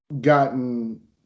gotten